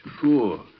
Sure